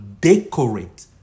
decorate